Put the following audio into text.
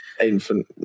Infant